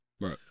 Right